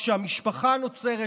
כשהמשפחה נוצרת,